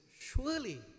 surely